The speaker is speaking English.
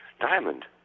Diamond